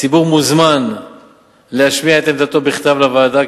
הציבור מוזמן להשמיע את עמדתו בכתב לוועדה,